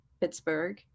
Pittsburgh